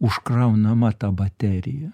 užkraunama ta baterija